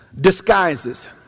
disguises